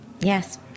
yes